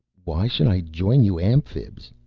why should i join you amphibians?